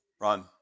Run